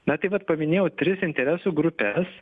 na tai va paminėjau tris interesų grupes